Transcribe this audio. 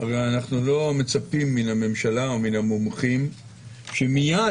ואנחנו לא מצפים מהממשלה או מן המומחים שמיד